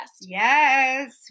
Yes